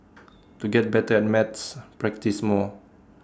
to get better at maths practise more